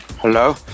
Hello